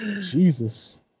Jesus